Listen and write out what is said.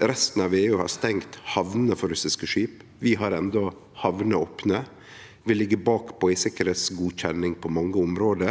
Resten av EU har stengt hamnene for russiske skip. Vi har enno hamner opne. Vi ligg bakpå i sikkerheitsgodkjenning på mange område.